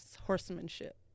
horsemanship